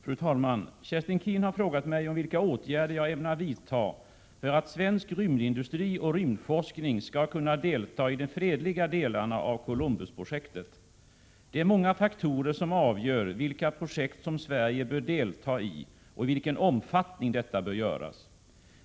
Fru talman! Kerstin Keen har frågat mig om vilka åtgärder jag ämnar vidta för att svensk rymdindustri och rymdforskning skall kunna delta i de fredliga delarna av Columbusprojektet. Det är många faktorer som avgör vilka projekt som Sverige bör delta i och i vilken omfattning detta bör göras.